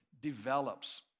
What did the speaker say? develops